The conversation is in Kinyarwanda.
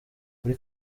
kuri